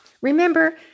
Remember